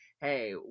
hey